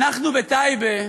אנחנו בטייבה,